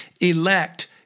elect